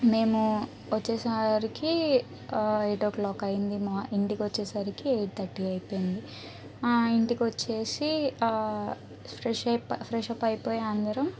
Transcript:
మేము వచ్చేసారికి ఆ ఎయిట్ ఓ క్లాక్ అయ్యింది మా ఇంటికొచ్చేసరికి ఎయిట్ థర్టీ అయిపోయింది ఆ ఇంటికొచ్చేసి ఆ ఫ్రెష్ అయిపో ఫ్రెష్అప్ అయిపోయి అందరం